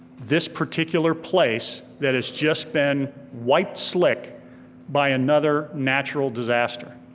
this particular place that has just been wiped slick by another natural disaster?